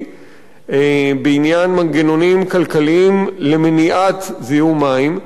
בעניין מנגנונים כלכליים למניעת זיהום מים,